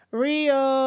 real